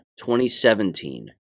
2017